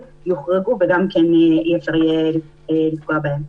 יוחרגו וגם כן אי-אפשר יהיה לפגוע בהם.